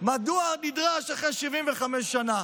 מדוע זה נדרש אחרי 75 שנה.